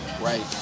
right